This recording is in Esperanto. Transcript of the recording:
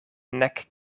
nek